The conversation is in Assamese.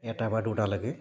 এটাৰপৰা দুটালৈকে